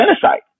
genocide